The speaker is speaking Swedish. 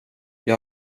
jag